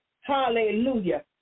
Hallelujah